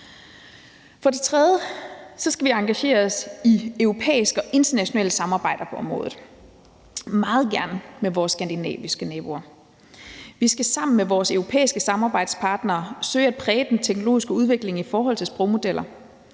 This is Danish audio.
For det tredje skal vi engagere os i europæisk og internationalt samarbejde på området, meget gerne med vores skandinaviske naboer. Vi skal sammen med vores europæiske samarbejdspartnere søge at præge den teknologiske udvikling i forhold til sprogmodeller.